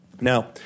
Now